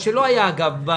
מה שלא היה בכנסת.